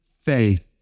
faith